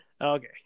Okay